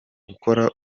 gukora